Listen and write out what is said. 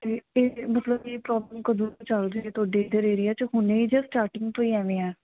ਅਤੇ ਇਹ ਮਤਲਬ ਇਹ ਪ੍ਰੋਬਲਮ ਕਦੋਂ ਤੋਂ ਚੱਲ ਰਹੀ ਤੁਹਾਡੇ ਇੱਧਰ ਏਰੀਆ 'ਚ ਹੁਣੇ ਜਾਂ ਸਟਾਟਿੰਗ ਤੋਂ ਹੀ ਐਵੇਂ ਆ